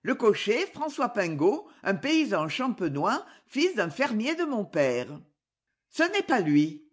le cocher françois pingau un paysan champenois fils d'un fermier de mon père ce n'est pas lui